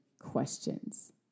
questions